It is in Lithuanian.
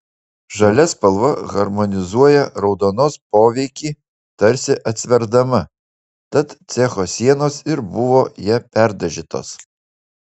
žalia spalva harmonizuoja raudonos poveikį tarsi atsverdama tad cecho sienos ir buvo ja perdažytos